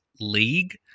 league